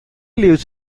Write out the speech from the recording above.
lives